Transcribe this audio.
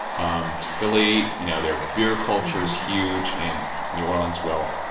um philly, you know their beer culture is huge. and new orleans, well.